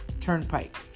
turnpike